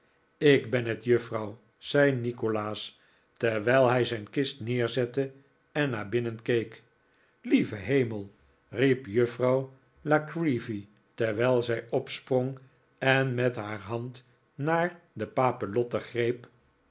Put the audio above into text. ik ben het juffrouw zei nikolaas terwijl hij zijn kist heerzette en naar binnen keek lieve hemel riep juffrouw la creevy terwijl zij opsprong en met haar hand naar de papillotten greep